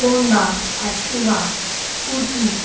Honda Activa scooty